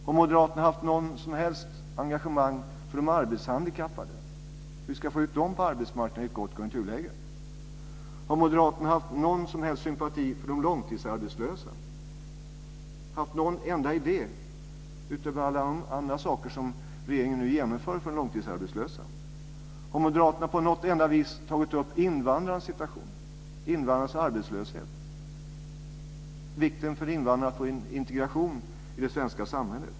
Har Moderaterna haft något som helst engagemang för de arbetshandikappade och hur vi ska få ut dem på arbetsmarknaden i ett gott konjunkturläge? Har Moderaterna haft någon som helst sympati för de långtidsarbetslösa eller haft någon enda idé utöver alla andra saker som regeringen nu genomför för de långtidsarbetslösa? Har Moderaterna på något enda vis tagit upp invandrarnas situation, invandrarnas arbetslöshet och vikten för invandrarna att få integration i det svenska samhället?